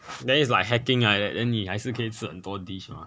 then is like hacking like that then 你还是可以是很多 dish mah